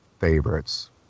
Favorites